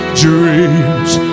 dreams